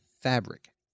fabric